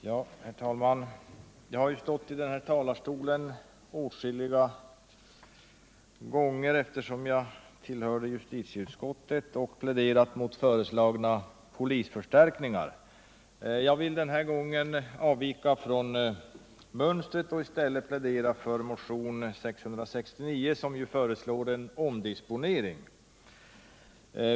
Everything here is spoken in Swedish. Herr talman! Jag har stått i denna talarstol åtskilliga gånger och pläderat mot föreslagna polisförstärkningar. Denna gång skall jag avvika från mönstret och i stället plädera för motionen 669 som föreslår en omdisponering.